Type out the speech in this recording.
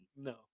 No